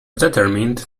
determined